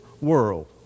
world